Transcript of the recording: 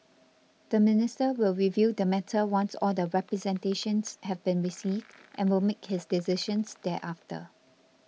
the minister will review the matter once all the representations have been received and will make his decisions thereafter